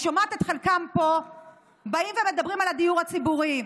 אני שומעת את חלקם פה באים ומדברים על הדיור הציבורי,